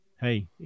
hey